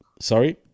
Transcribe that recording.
Sorry